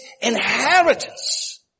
inheritance